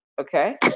Okay